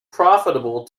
profitable